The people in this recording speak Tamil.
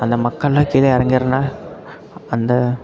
அந்த மக்களெலாம் கீழே இறங்கிட்றனால அந்த